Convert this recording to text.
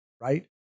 right